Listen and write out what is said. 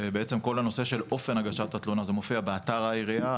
כל נושא אופן הגשת התלונה מופיע באתר העירייה.